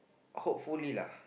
hopefully lah